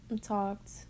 talked